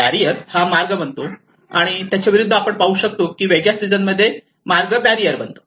barrier हा मार्ग बनतो आणि त्याच्याविरुद्ध आपण पाहू शकतो की वेगळ्या सीजन मध्ये मार्ग बॅरियर बनतो